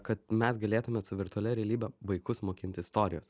kad mes galėtume su virtualia realybe vaikus mokint istorijos